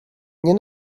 nie